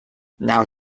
now